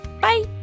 Bye